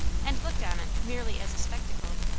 and looked on it merely as a spectacle.